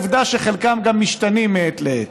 עובדה שחלקם גם משתנים מעת לעת.